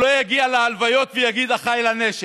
שלא יגיע להלוויות ויגיד: אחיי לנשק.